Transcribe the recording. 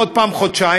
עוד פעם חודשיים,